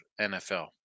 NFL